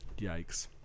Yikes